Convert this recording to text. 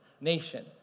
nation